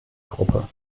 gruppe